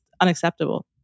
unacceptable